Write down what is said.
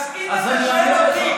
אז אני אענה לך,